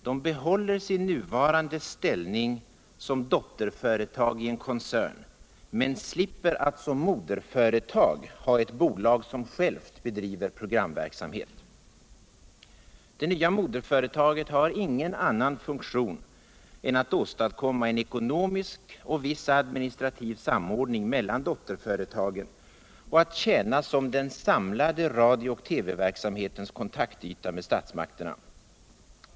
De behåller sin nuvarande ställning som dotterföretag i en koncern men slipper att som moderföretag ha ett bolag som självt bedriver programverksamhet. Det nya moderföretaget har ingen annan funktion än att åstadkomma en ekonomisk och en viss administrativ samordning mellan dotierföretagen samt att tjäna som den samlade radio och TV-verksamhetens kontaktyta med statsmakterna.